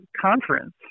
conference